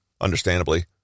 Understandably